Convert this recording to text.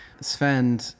Sven